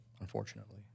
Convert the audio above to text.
unfortunately